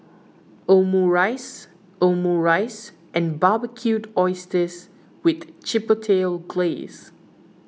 Omurice Omurice and Barbecued Oysters with Chipotle Glaze